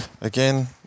again